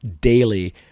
daily